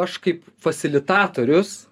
aš kaip fasilitatorius